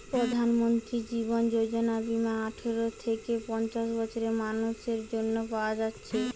প্রধানমন্ত্রী জীবন যোজনা বীমা আঠারো থিকে পঞ্চাশ বছরের মানুসের জন্যে পায়া যাচ্ছে